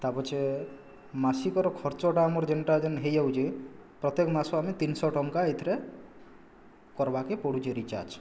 ତାପଛେ ମାସିକର ଖର୍ଚ୍ଚଟା ମୋର ଯେଣ୍ଟା ଯେନ୍ ହେଇଯାଉଛି ପ୍ରତ୍ୟେକ ମାସ ଆମେ ତିନିଶହ ଟଙ୍କା ଏଥିରେ କର୍ବା କେ ପଡ଼ୁଛି ରିଚାର୍ଜ୍